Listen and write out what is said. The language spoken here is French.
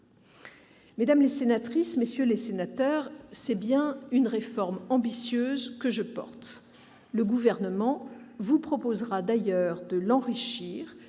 Mesdames, messieurs les sénateurs, c'est bien une réforme ambitieuse que je porte. Le Gouvernement vous proposera d'ailleurs de l'enrichir,